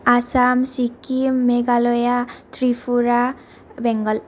Assam Sikkim Meghalaya Tripura Bengal